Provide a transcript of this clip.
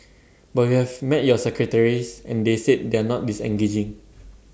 but we have met your secretaries and they said they are not disengaging